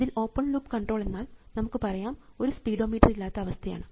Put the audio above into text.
ഇതിൽ open loop control എന്നാൽ നമുക്ക് പറയാം ഒരു സ്പീഡോമീറ്റർ ഇല്ലാത്ത അവസ്ഥയാണ്